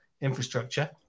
infrastructure